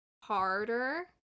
harder